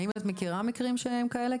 האם את מכירה מכרים שכאלה?